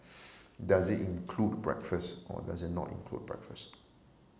does it include breakfast or does it not include breakfast